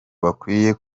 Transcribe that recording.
bakwiye